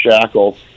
Shackle